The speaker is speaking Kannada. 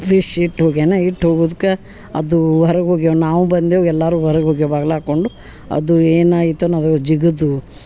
ಫೀಶ್ ಇಟ್ಟು ಹೋಗ್ಯಾನ ಇಟ್ಟು ಹೋಗುದ್ಕ ಅದು ಹೊರಗೆ ಹೋಗ್ಯಾನ ನಾವು ಬಂದೇವ ಎಲ್ಲಾರು ಹೊರಗೆ ಹೋಗಿ ಬಾಗ್ಲ ಹಾಕೊಂಡು ಅದು ಏನು ಆಯಿತು ಜಿಗಿದು